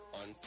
on